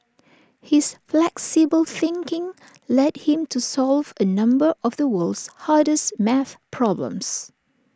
his flexible thinking led him to solve A number of the world's hardest math problems